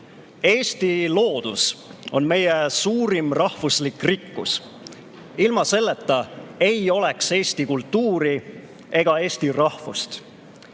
Eesti loodus on meie suurim rahvuslik rikkus. Ilma selleta ei oleks eesti kultuuri ega eesti rahvust.